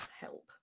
help